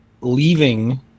leaving